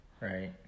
Right